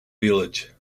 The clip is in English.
village